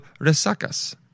resacas